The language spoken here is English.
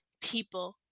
people